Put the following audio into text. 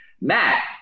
Matt